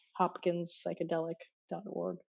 hopkinspsychedelic.org